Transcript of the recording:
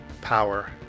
power